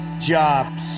jobs